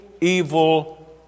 evil